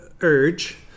urge